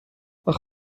اخه